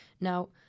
Now